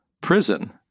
prison